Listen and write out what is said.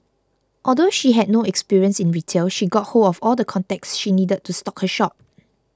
although she had no experience in retail she got hold of all the contacts she needed to stock her shop